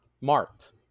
marked